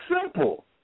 simple